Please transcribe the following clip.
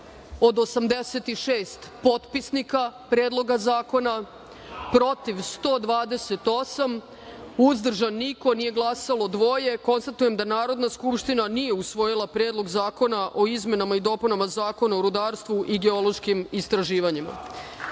od 86 potpisnika Predloga zakona, protiv – 128, uzdržan – niko, nije glasalo dvoje. Konstatujem da Narodna skupština nije usvojila Predlog zakona o izmenama i dopunama Zakona o rudarstvu i geološkim istraživanjima. Prelazimo